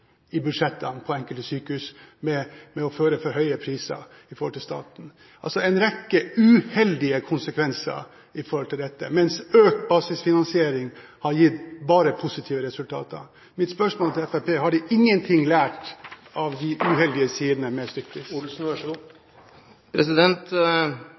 i budsjettene på enkelte sykehus, ved å føre for høye priser i forhold til staten – altså en rekke uheldige konsekvenser av dette, mens økt basisfinansiering har gitt bare positive resultater. Mitt spørsmål til Fremskrittspartiet: Har de ingenting lært av de uheldige sidene